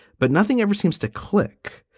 but nothing ever seems to click.